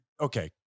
Okay